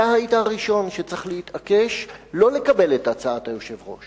אתה היית הראשון שצריך להתעקש לא לקבל את הצעת היושב-ראש